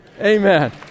Amen